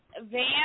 van